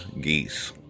geese